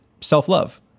Self-love